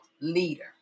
leader